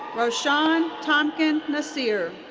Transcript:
roshan tamkin nasir.